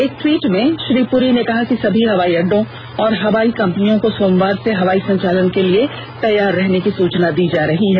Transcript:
एक ट्वीट में श्री पुरी ने कहा कि सभी हवाई अड्डों और हवाई कम्पनियों को सोमवार से हवाई संचालन के लिए तैयार रहने की सूचना दी जा रही है